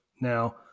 now